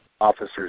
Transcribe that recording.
officers